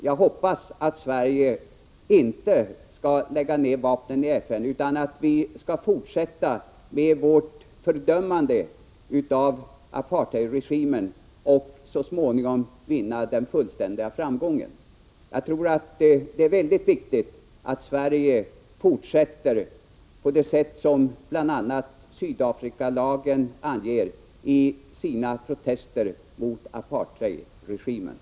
Jag hoppas att Sverige i FN inte skall lägga ned vapnen mot apartheidsystemet, utan att vi skall fortsätta att fördöma apartheidregimen och därmed så småningom vinna den fullständiga framgången. Jag tror att det är mycket viktigt att Sverige fortsätter att protestera mot apartheidregimen på det sätt som bl.a. anges i denna Sydafrikalag.